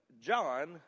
John